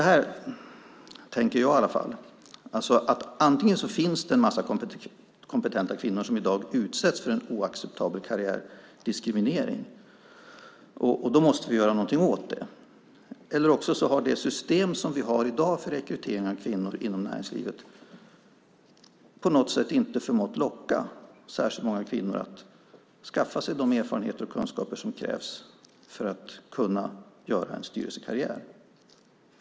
Jag tänker så här: Antingen finns det en massa kompetenta kvinnor som i dag utsätts för en oacceptabel karriärdiskriminering, och då måste vi göra någonting åt det, eller så har det system som vi i dag har för rekrytering av kvinnor inom näringslivet inte förmått locka särskilt många kvinnor att skaffa sig de erfarenheter och kunskaper som krävs för att kunna göra styrelsekarriär.